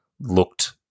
looked